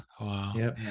Wow